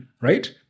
right